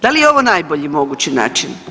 Da li je ovo najbolji mogući način?